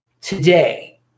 Today